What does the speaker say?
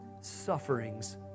sufferings